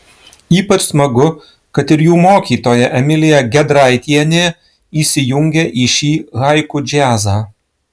ypač smagu kad ir jų mokytoja emilija gedraitienė įsijungė į šį haiku džiazą